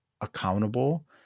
accountable